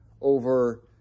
over